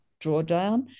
Drawdown